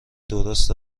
درست